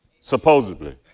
supposedly